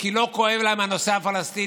כי לא כואב להם הנושא הפלסטיני?